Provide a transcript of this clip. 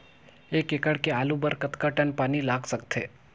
एक एकड़ के आलू बर कतका टन पानी लाग सकथे?